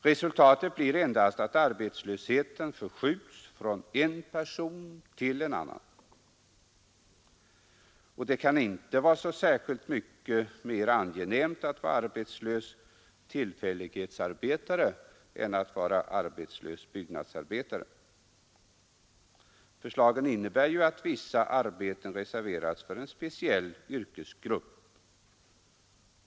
Resultatet blir endast att arbetslösheten förskjutes från en person till en annan. Och det kan ju inte vara så särskilt mycket mer angenämt att vara arbetslös tillfällighetsarbetare än att vara arbetslös byggnadsarbetare. Förslagen innebär att vissa arbeten reserveras för en speciell yrkesgrupp.